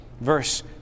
Verse